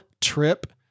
trip